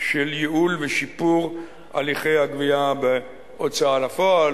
של ייעול ושיפור הליכי הגבייה בהוצאה לפועל,